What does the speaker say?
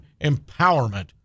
empowerment